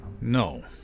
No